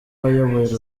wayoboye